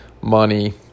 money